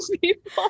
people